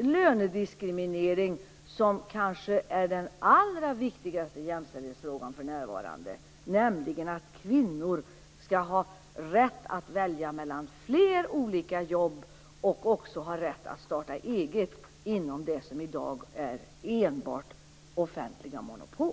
lönediskriminering som kanske är den allra viktigaste jämställdhetsfrågan för närvarande, nämligen att kvinnor skall ha rätt att välja mellan fler olika jobb och även ha rätt att starta eget inom det som i dag enbart är offentliga monopol?